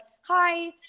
hi